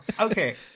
Okay